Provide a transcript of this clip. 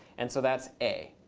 and so that's a.